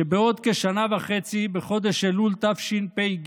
שבעוד כשנה וחצי, בחודש אלול תשפ"ג,